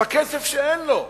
בכסף שאין לו,